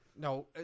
No